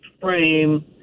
frame